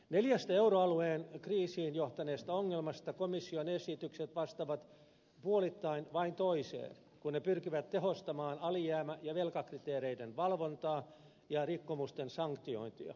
neljästä euroalueen kriisiin johtaneesta ongelmasta komission esitykset vastaavat vain toiseen puoleen kun ne pyrkivät tehostamaan alijäämä ja velkakriteereiden valvontaa ja rikkomusten sanktiointia